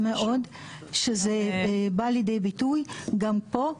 אני שמחה מאוד שזה בא לידי ביטוי גם פה.